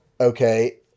Okay